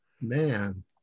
man